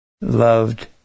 loved